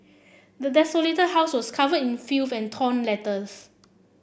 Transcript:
the desolated house was covered in filth and torn letters